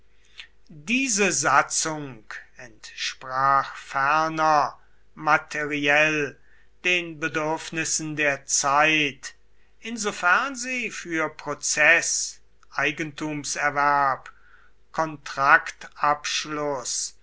diese satzung entsprach ferner materiell den bedürfnissen der zeit insofern sie für prozeß eigentumserwerb